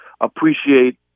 appreciate